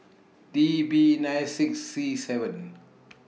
T B nine six C seven